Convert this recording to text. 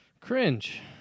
Cringe